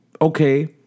okay